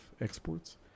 exports